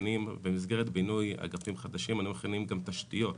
במסגרת בינוי אגפים חדשים אנחנו מכינים גם תשתיות